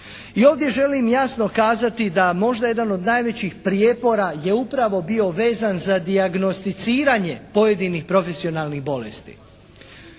I ovdje želim jasno kazati da možda jedan od najvećih prijepora je upravo bio vezan za dijagnosticiranje pojedinih profesionalnih bolesti.